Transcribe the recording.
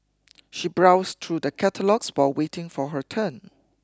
she browsed through the catalogues while waiting for her turn